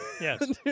Yes